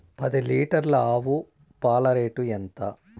పది లీటర్ల ఆవు పాల రేటు ఎంత?